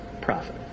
profit